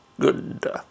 good